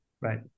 Right